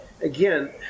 again